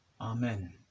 Amen